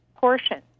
portion